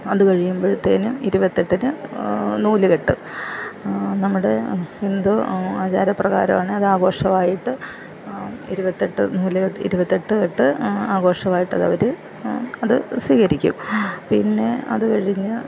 അത് കഴിയുമ്പോഴത്തേന് ഇരുപത്തിയെട്ടിന് നൂല്കെട്ട് നമ്മുടെ ഹിന്ദു ആചാരപ്രകാരമാണ് അത് ആഘോഷമായി ആയിട്ട് ഇരുപത്തിയെട്ട് ഇരുപത്തിയെട്ട് കെട്ട് ആഘോഷമായിട്ട് അതവര് അത് സ്വീകരിക്കും പിന്നെ അത് കഴിഞ്ഞ്